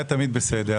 היה תמיד בסדר.